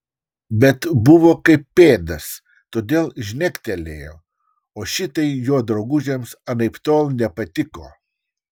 bet buvo kaip pėdas todėl žnektelėjo o šitai jo draugužiams anaiptol nepatiko